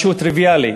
משהו טריוויאלי.